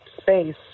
space